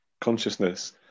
consciousness